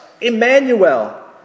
Emmanuel